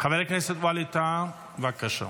חבר הכנסת ווליד טאהא, בבקשה,